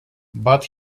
but